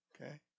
Okay